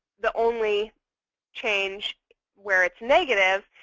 the only change where it's negative.